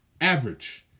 Average